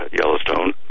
Yellowstone